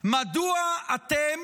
מדוע אתם